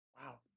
Wow